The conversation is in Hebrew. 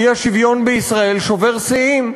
האי-שוויון בישראל שובר שיאים,